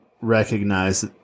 recognize